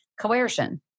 coercion